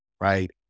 right